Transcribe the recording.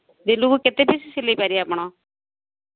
ଦିନକୁ କେତେ ପିସ୍ ସିଲେଇ ପାରିବେ ଆପଣ